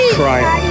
crying